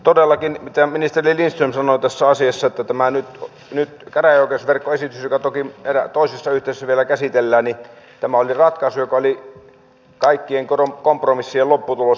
todellakin ministeri lindström sanoi tässä asiassa että nyt tämä käräjäoikeusverkkoesitys joka toki toisessa yhteydessä vielä käsitellään oli ratkaisu joka oli kaikkien kompromissien lopputulos